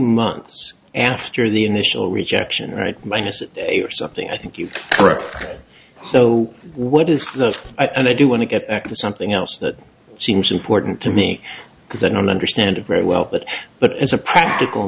months after the initial rejection right minus something i think you read so what is the i do want to get back to something else that seems important to me because i don't understand it very well but but as a practical